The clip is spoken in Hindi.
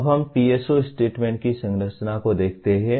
अब हम PSO स्टेटमेंट्स की संरचना को देखते हैं